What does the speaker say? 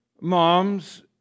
moms